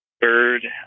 bird